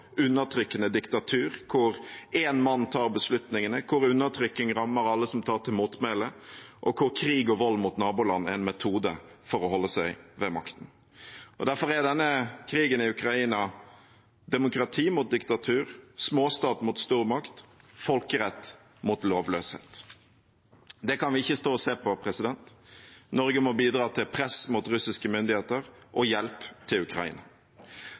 undertrykkende diktatur, hvor én mann tar beslutningene, hvor undertrykking rammer alle som tar til motmæle, og hvor krig og vold mot naboland er en metode for å holde seg ved makten. Derfor handler denne krigen i Ukraina om demokrati mot diktatur, småstat mot stormakt, folkerett mot lovløshet. Det kan vi ikke stå og se på. Norge må bidra til press mot russiske myndigheter og med hjelp til Ukraina.